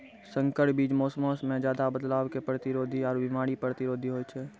संकर बीज मौसमो मे ज्यादे बदलाव के प्रतिरोधी आरु बिमारी प्रतिरोधी होय छै